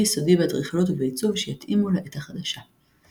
יסודי באדריכלות ובעיצוב שיתאימו לעת החדשה.